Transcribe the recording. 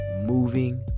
moving